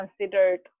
considered